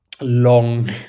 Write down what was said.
long